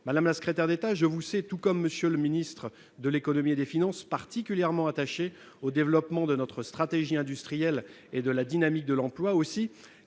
Madame la secrétaire d'État, je vous sais, tout comme M. le ministre de l'économie et des finances, particulièrement attachée au développement de notre stratégie industrielle et de la dynamique de l'emploi. Aussi,